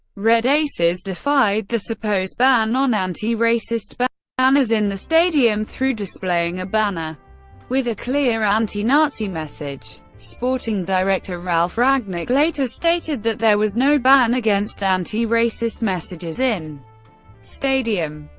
red aces defied the supposed ban on anti-racist but banners in the stadium through displaying a banner with a clear anti-nazi message. sporting director ralf ragnick later stated that there was no ban against anti-racist messages in stadium,